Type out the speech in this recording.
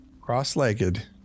cross-legged